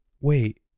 wait